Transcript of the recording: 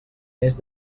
més